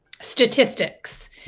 statistics –